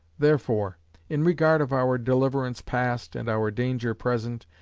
therefore in regard of our deliverance past, and our danger present,